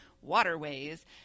waterways